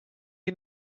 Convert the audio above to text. you